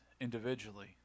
individually